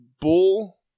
bull